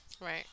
Right